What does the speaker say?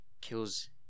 kills